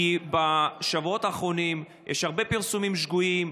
כי בשבועות האחרונים יש הרבה פרסומים שגויים,